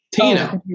Tina